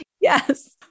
Yes